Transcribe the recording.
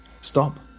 Stop